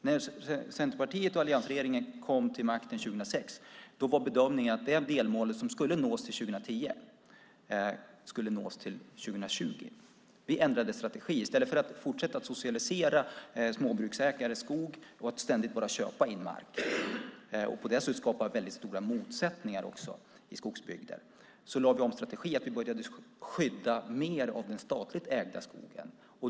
När Centerpartiet och alliansregeringen kom till makten 2006 var bedömningen att det delmål som skulle nås till 2010 skulle nås till 2020. Vi ändrade strategi. I stället för att fortsätta att socialisera småbruksägares skog och ständigt köpa in mark och på det sättet skapa stora motsättningar i skogsbygden lade vi om strategi. Vi började skydda mer av den statligt ägda skogen.